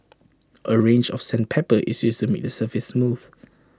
A range of sandpaper is used to make the surface smooth